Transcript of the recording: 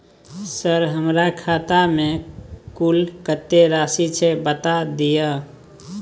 Sir हमरा खाता में कुल कत्ते राशि छै बता दिय?